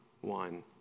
one